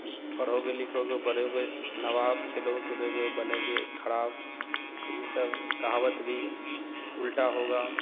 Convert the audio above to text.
कि पढ़ोगे लिखोगे बनोगे नबाब खेलोगे कूदोगे बनोगे ख़राब तो यह सब कहावत भी उल्टी होगी